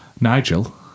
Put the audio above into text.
Nigel